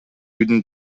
үйдүн